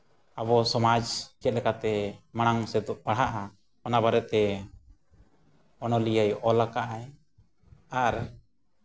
ᱟᱵᱚ ᱥᱚᱢᱟᱡᱽ ᱪᱮᱫ ᱞᱮᱠᱟᱛᱮ ᱢᱟᱲᱟᱝ ᱥᱮᱫ ᱵᱟᱲᱦᱟᱜᱼᱟ ᱚᱱᱟ ᱵᱟᱨᱮᱛᱮ ᱚᱱᱚᱞᱤᱭᱟᱹ ᱚᱞ ᱠᱟᱜ ᱟᱭ ᱟᱨ